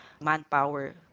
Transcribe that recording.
manpower